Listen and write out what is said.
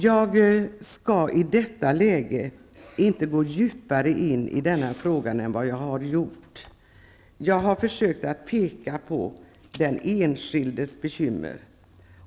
Jag skall i detta läge inte gå djupare in i denna fråga än vad jag har gjort. Jag har försökt peka på den enskildes bekymmer.